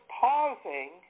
pausing